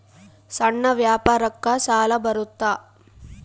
ಸಣ್ಣ ವ್ಯಾಪಾರಕ್ಕ ಸಾಲ ಬರುತ್ತಾ?